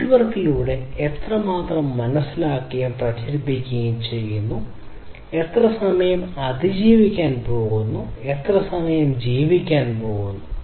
നെറ്റ്വർക്കിലൂടെ എത്രമാത്രം മനസ്സിലാക്കുകയും പ്രചരിപ്പിക്കുകയും ചെയ്യുന്നു എത്ര സമയം അതിജീവിക്കാൻ പോകുന്നു എത്ര സമയം ജീവിക്കാൻ പോകുന്നു